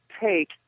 Take